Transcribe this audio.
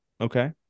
okay